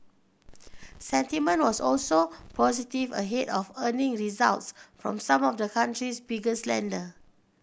sentiment was also positive ahead of earnings results from some of the country's biggest lender